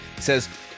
says